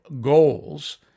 goals